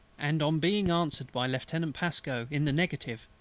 and on being answered by lieutenant pasco in the negative,